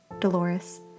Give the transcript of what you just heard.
Dolores